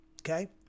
okay